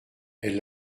elle